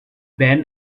ban